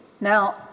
Now